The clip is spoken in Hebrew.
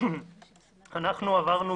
אנחנו עברנו